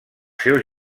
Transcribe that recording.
seus